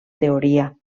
teoria